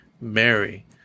Mary